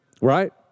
right